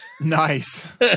nice